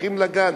הולכים לגן,